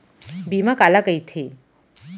बीमा काला कइथे?